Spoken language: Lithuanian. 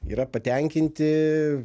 yra patenkinti